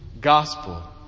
Gospel